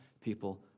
people